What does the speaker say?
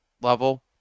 level